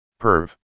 Perv